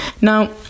Now